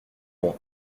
loin